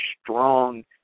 strong